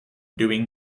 doing